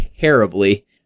terribly